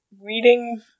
reading